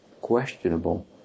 questionable